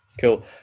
Cool